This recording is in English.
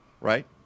right